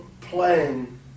playing